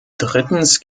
drittens